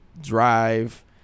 drive